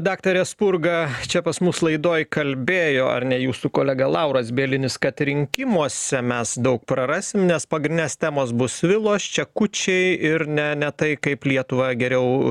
daktare spurga čia pas mus laidoje kalbėjo ar ne jūsų kolega lauras bielinis kad rinkimuose mes daug prarasim nes pagrindinės temos bus vilos čekučiai ir ne ne tai kaip lietuva geriau